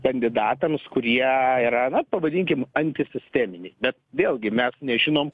kandidatams kurie yra na pavadinkim antisisteminiai bet vėlgi mes nežinom